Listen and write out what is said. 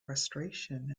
frustration